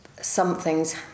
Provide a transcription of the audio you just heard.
something's